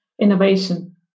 innovation